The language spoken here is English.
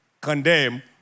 condemn